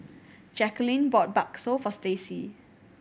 Jacalyn bought bakso for Staci